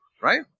right